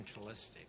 essentialistic